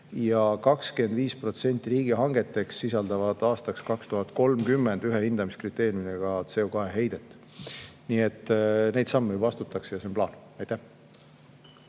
ja 25% riigihangetest sisaldavad aastaks 2030 ühe hindamiskriteeriumina CO2heidet. Neid samme juba astutakse ja see on plaan. Rene